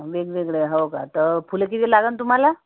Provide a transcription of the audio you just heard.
वेगवेगळे हो का तर फुलं किती लागेल तुम्हाला